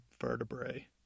vertebrae